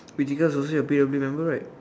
pretty girls also say happy every member right